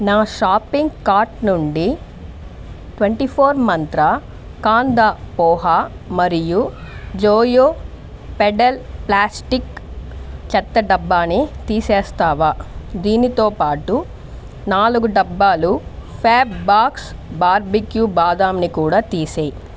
నా shopping cart నుండి twenty four Mantra kanda poha మరియు జోయో పెడల్ ప్లాస్టిక్ చెత్తడబ్బాని తీసేస్తావా దీనితోబాటు నాలుగు డబ్బాలు ఫ్యాబ్బాక్స్ బార్బేక్యూ బాదంని కూడా తీసేయి